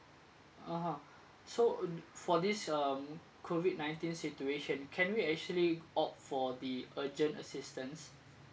(uh huh) so mm for this um COVID nineteen situation can we actually opt for the urgent assistance